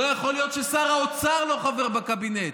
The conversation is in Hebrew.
לא יכול להיות ששר האוצר לא חבר בקבינט.